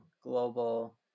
global